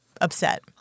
upset